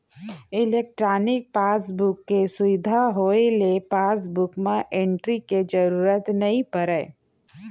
electronic passbook के सुबिधा होए ले पासबुक म एंटरी के जरूरत नइ परय